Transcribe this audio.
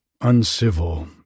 uncivil